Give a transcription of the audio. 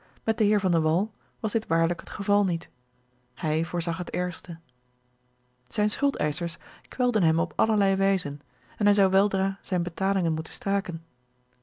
met den heer van de wall was dit waarlijk het geval niet hij voorzag het ergste zijne schuldeischers kwelden hem op allerlei wijzen en hij zou weldra zijne betalingen moeten staken